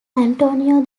antonio